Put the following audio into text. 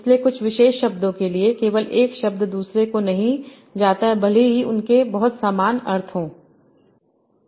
इसलिए कुछ विशेष शब्दों के साथ केवल एक शब्द दूसरे को नहीं जाता है भले ही उनके बहुत समान अर्थ हों